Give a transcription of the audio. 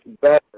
better